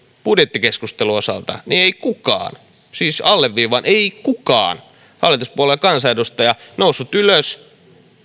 budjettikeskustelun osalta niin ei kukaan siis alleviivaan ei kukaan hallituspuolueen kansanedustaja noussut ylös